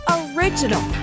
original